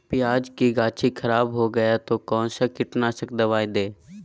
प्याज की गाछी खराब हो गया तो कौन सा कीटनाशक दवाएं दे?